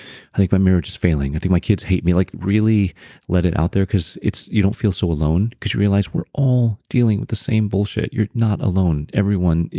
i think my marriage is failing. i think my kids hate me. like really let it out there because, you don't feel so alone because you realize we're all dealing with the same bullshit. you're not alone everyone.